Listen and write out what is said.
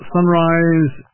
Sunrise